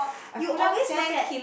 you always look at